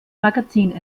magazin